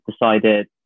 decided